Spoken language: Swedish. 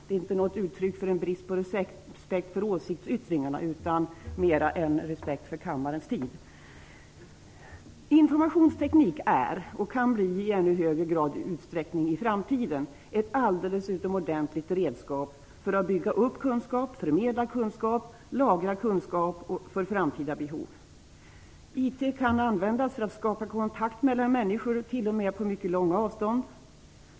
Detta är inte uttryck för en brist på respekt för åsiktsyttringarna utan mera ett uttryck för respekt för kammarens tid. Informationsteknik är, och kan i framtiden i ännu större utsträckning bli, ett alldeles utomordentligt redskap för att bygga upp kunskap, förmedla kunskap och lagra kunskap för framtida behov. IT kan användas för att skapa kontakt mellan människor, t.o.m. på mycket långa avstånd.